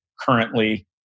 currently